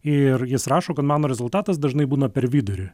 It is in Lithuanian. ir jis rašo kad mano rezultatas dažnai būna per vidurį